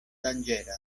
danĝera